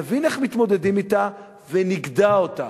נבין איך מתמודדים אתה ונגדע אותה.